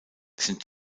sind